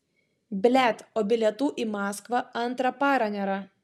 blet o bilietų į maskvą antrą parą nėra